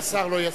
אם השר לא יסכים.